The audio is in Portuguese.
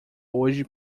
hoje